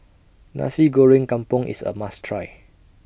Nasi Goreng Kampung IS A must Try